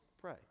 pray